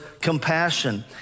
compassion